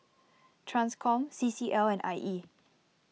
Transcom C C L and I E